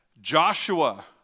Joshua